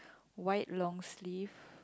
white long sleeve